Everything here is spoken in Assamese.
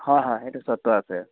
হয় হয় এইটো চৰ্ত আছে